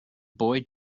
boy